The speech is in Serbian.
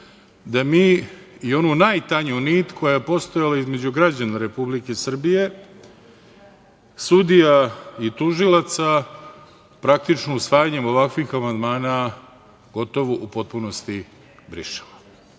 da mi i onu najtanju nit koja je postojala između građana Republike Srbije, sudija i tužilaca, praktično usvajanjem ovakvih amandmana gotovo u potpunosti brišemo.